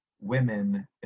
women